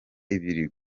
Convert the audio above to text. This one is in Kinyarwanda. ibiri